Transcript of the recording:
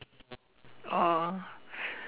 oh